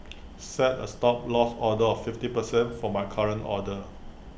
set A Stop Loss order of fifty percent for my current order